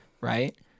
right